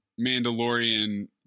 Mandalorian